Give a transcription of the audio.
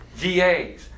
GAs